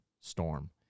storm